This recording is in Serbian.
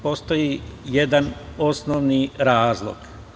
Postoji jedan osnovni razlog.